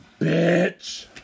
bitch